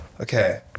Okay